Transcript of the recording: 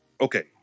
okay